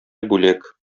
бүләк